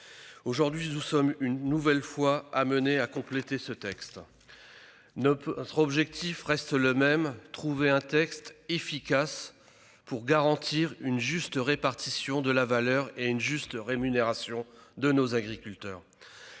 Aujourd'hui, nous sommes amenés, une nouvelle fois, à compléter ce texte. Notre objectif reste le même : garantir efficacement une juste répartition de la valeur et une juste rémunération de nos agriculteurs.